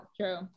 true